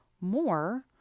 more